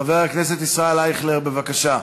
חבר הכנסת ישראל אייכלר, בבקשה.